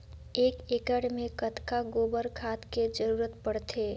एक एकड़ मे कतका गोबर खाद के जरूरत पड़थे?